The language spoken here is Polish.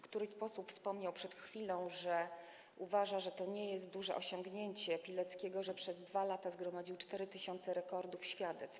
Któryś z posłów wspomniał przed chwilą, że uważa, że to nie jest duże osiągnięcie Pileckiego, że przez 2 lata zgromadził 4 tys. rekordów świadectw.